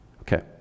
Okay